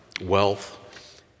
wealth